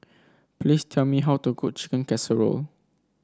please tell me how to cook Chicken Casserole